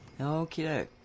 Okay